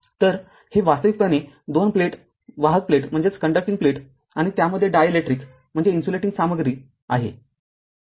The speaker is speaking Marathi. तर हे वास्तविकपणे दोन प्लेट वाहक प्लेट आणि त्यामध्ये डायलेक्ट्रिक म्हणजे इन्सुलेटिंग सामग्री आहे